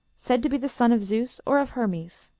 said to be the son of zeus or of hermes.